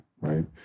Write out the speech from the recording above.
right